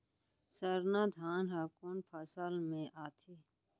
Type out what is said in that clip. सरना धान ह कोन फसल में आथे?